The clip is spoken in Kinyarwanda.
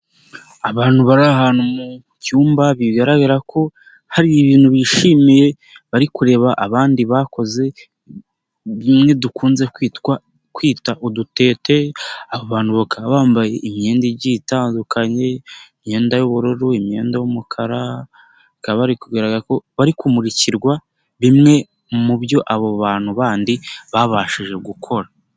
Abantu bari ahantu mu cyumba, bigaragara ko hari ibintu bishimiye bari kureba abandi bakoze, bimwe dukunze kwita udutete, abantu bakaba bambaye imyenda igiye itandukanye, imyenda y'ubururu, imyenda y'umukara bakaba, bari kugaragara ko bari kumurikirwa bimwe mu byo abo bantu bandi babashije gukora.